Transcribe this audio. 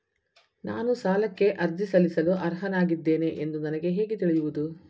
ನಾನು ಸಾಲಕ್ಕೆ ಅರ್ಜಿ ಸಲ್ಲಿಸಲು ಅರ್ಹನಾಗಿದ್ದೇನೆ ಎಂದು ನನಗೆ ಹೇಗೆ ತಿಳಿಯುವುದು?